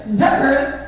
numbers